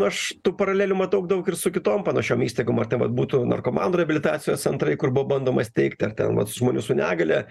aš tų paralelių matau daug ir su kitom panašiom įstaigom ar tai vat būtų narkomanų reabilitacijos centrai kur buvo bandoma steigti ar ten vat žmonių su negalia